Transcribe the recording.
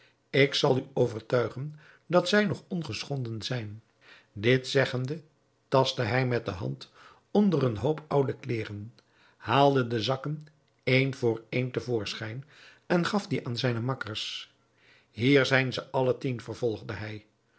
ik zal u overtuigen dat zij nog ongeschonden zijn dit zeggende tastte hij met de hand onder een hoop oude kleêren haalde de zakken één voor één te voorschijn en gaf die aan zijne makkers hier zijn ze alle tien vervolgde hij